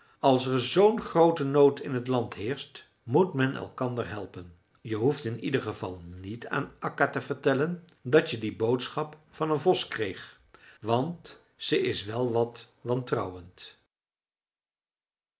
als er zoo'n groote nood in t land heerscht moet men elkander helpen je hoeft in ieder geval niet aan akka te vertellen dat je die boodschap van een vos kreeg want ze is wel wat